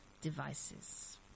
devices